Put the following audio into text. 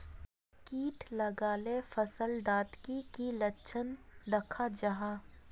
किट लगाले फसल डात की की लक्षण दखा जहा?